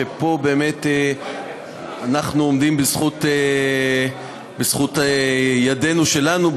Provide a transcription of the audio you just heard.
שפה אנחנו עומדים בזכות ידינו שלנו,